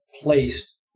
placed